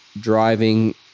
driving